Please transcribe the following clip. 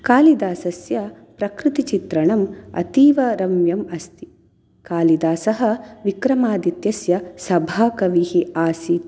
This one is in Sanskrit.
कालिदासस्य प्रकृतिचित्रणम् अतीव रम्यम् अस्ति कालिदासः विक्रमादित्यस्य सभाकविः आसीत्